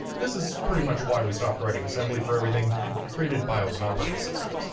this is pretty much why we stopped writing assembly for everything and created bios and operating systems.